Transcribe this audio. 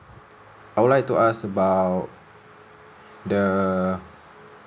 I would like to ask about the